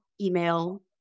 email